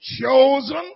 Chosen